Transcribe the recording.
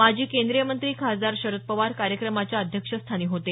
माजी केंद्रीय मंत्री खासदार शरद पवार कार्यक्रमाच्या अध्यक्षस्थानी होते